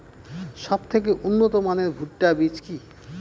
সবথেকে উন্নত মানের ভুট্টা বীজ কি?